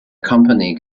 company